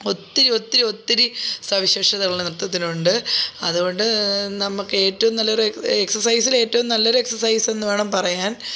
ഒത്തിരി ഒത്തിരി ഒത്തിരി സവിശേഷതകള് നൃത്തത്തിനുണ്ട് അതുകൊണ്ട് നമുക്ക് ഏറ്റവും നല്ലൊരു എക്സസൈസിൽ ഏറ്റവും നല്ലൊരു എക്സസൈസെന്നുവേണം പറയാൻ